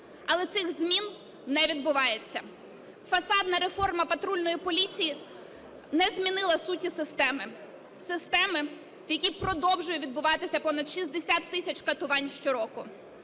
Але цих змін не відбувається. Фасадна реформа патрульної поліції не змінила суті системи, системи, в якій продовжує відбуватися понад 60 тисяч катувань щороку.